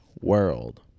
World